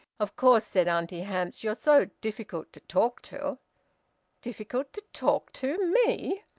of course, said auntie hamps, you're so difficult to talk to difficult to talk to me?